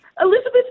Elizabeth